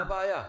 מה הבעיה?